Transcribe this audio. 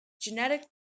genetic